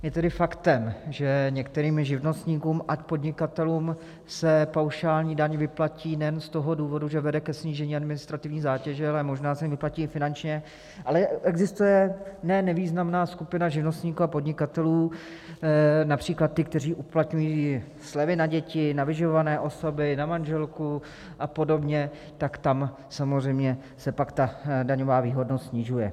Je tedy faktem, že některým živnostníkům a podnikatelům se paušální daň vyplatí nejen z toho důvodu, že vede ke snížení administrativní zátěže, ale možná se jim vyplatí i finančně, ale existuje ne nevýznamná skupina živnostníků a podnikatelů, například ti, kteří uplatňují slevy na děti, na vyživované osoby, na manželku a podobně, tak tam samozřejmě se pak ta daňová výhodnost snižuje.